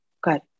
Good